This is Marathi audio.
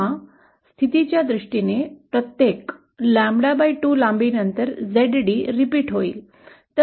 किंवा स्थितीच्या दृष्टीने प्रत्येक ƛ 2 लांबीनंतर Zd पुनरावृत्त होईल